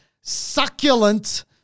succulent